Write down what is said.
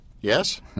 Yes